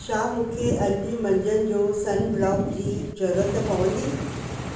छा मूंखे अॼु मंझंदि जो सनब्लॉक जी ज़रूरत पवंदी